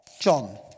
John